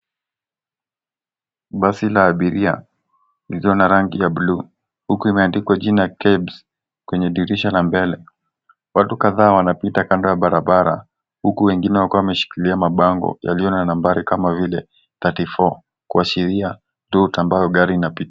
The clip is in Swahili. Basi la abiria iliyo na rangi ya buluu, huku imeandikwa jina kebs kwenye dirisha na mbele, watu kadhaa wanapita kando ya barabara huku wengine wakiwa wameshikilia mabango yaliyo na nambari kama vile 34 kuashiria kituo ambayo gari inapitia.